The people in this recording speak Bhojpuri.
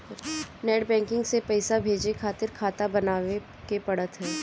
नेट बैंकिंग से पईसा भेजे खातिर खाता बानवे के पड़त हअ